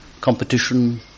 competition